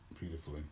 beautifully